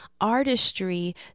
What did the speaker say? artistry